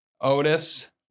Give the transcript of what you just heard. Otis